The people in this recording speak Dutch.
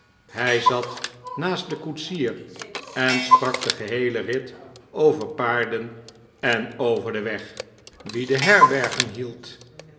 hij zat naast den koetsier en sprak den geheelen rit over paarden en over den weg wie de herbergen hield